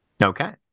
Okay